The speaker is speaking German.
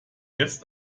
jetzt